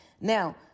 Now